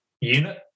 unit